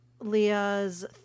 Leah's